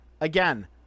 Again